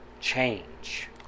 change